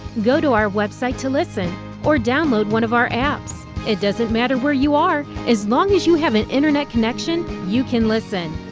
go to our website to listen or download one of our apps. it doesn't matter where you are, as long as you have an internet connection, you can listen.